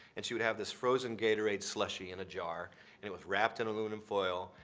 and she would have this frozen gatorade slushie in a jar. and it was wrapped in aluminum foil.